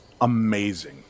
amazing